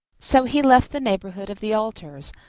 so he left the neighbourhood of the altars,